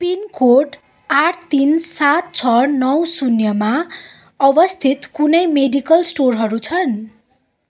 pin code आठ तिन सात छ नौ शून्यमा अवस्थित कुनै मेडिकल स्टोरहरू छन्